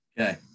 okay